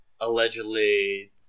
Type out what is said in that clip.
allegedly